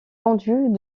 vendus